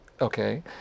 Okay